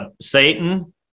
Satan